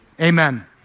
amen